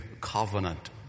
covenant